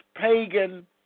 pagan